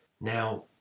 Now